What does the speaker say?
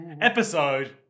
Episode